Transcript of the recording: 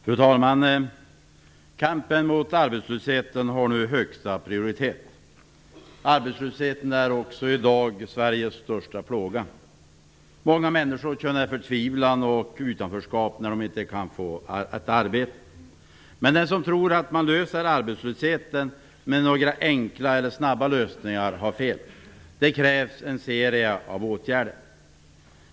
Fru talman! Kampen mot arbetslösheten har nu högsta prioritet. Arbetslösheten är i dag Sveriges största plåga. Många människor känner förtvivlan och utanförskap när de inte kan få ett arbete. Den som tror att man löser arbetslösheten med några enkla eller snabba lösningar har fel. Det krävs en serie av åtgärder.